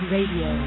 Radio